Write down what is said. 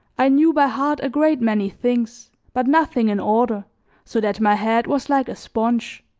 i knew by heart a great many things, but nothing in order, so that my head was like a sponge,